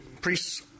priests